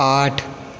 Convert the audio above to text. आठ